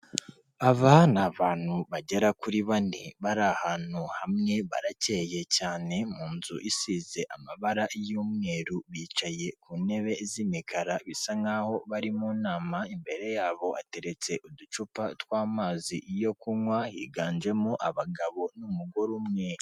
Aba ni abantu bagera kuri bane bari ahantu hamwemye barakeye cyane mu nzu isize amabara y'umweru, bicaye ku ntebe z'imikara bisa nkaho bari mu nama, imbere yabo kateretse uducupa tw'amazi yo kunywa higanjemo abagabo n'umugore umwe.